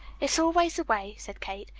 it's always the way, said kate,